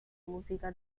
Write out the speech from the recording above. música